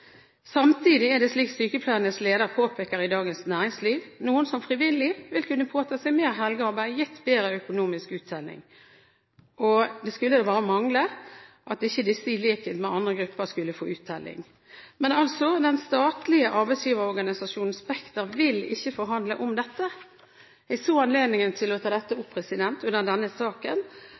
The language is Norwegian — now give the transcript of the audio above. Samtidig er det, slik sykepleiernes leder påpeker i Dagens Næringsliv, noen som frivillig vil kunne påta seg mer helgearbeid, gitt bedre økonomisk uttelling. Det skulle da bare mangle at ikke disse i likhet med andre grupper skulle få uttelling. Men den statlige arbeidsgiverorganisasjonen Spekter vil ikke forhandle om dette. Jeg så anledningen til å ta dette opp under denne saken